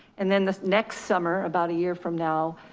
and then the next summer about a year from now,